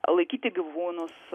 laikyti gyvūnus